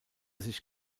sich